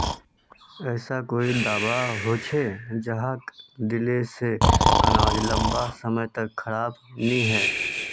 ऐसा कोई दाबा होचे जहाक दिले से अनाज लंबा समय तक खराब नी है?